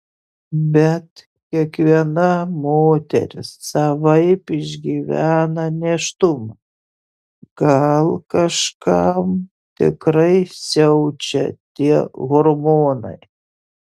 bet kiekviena moteris savaip išgyvena nėštumą gal kažkam tikrai siaučia tie hormonai